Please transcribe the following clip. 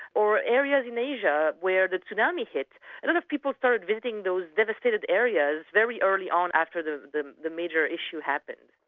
or areas in asia where the tsunami hit. a lot of people started visiting those devastated areas very early on after the the major issue happened.